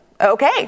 Okay